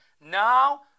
Now